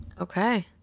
Okay